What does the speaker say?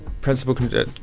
principal